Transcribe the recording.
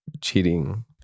cheating